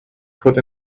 could